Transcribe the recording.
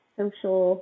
social